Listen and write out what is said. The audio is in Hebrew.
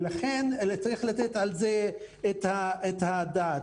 ולכן צריך לתת על זה את הדעת.